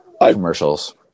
commercials